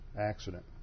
accident